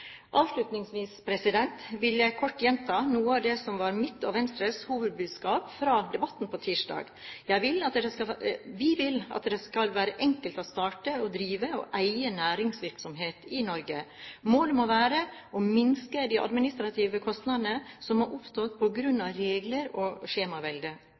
vil jeg kort gjenta noe av det som var mitt og Venstres hovedbudskap i debatten på tirsdag. Vi vil at det skal være enkelt å starte, drive og eie næringsvirksomhet i Norge. Målet må være å minske de administrative kostnadene som har oppstått på grunn av regler og skjemavelde.